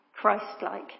Christ-like